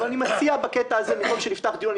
אבל אני מציע בקטע הזה לראות שנפתח דיון,